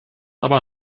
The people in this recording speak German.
aber